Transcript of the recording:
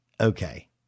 Okay